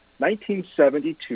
1972